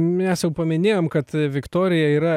mes jau paminėjom kad viktorija yra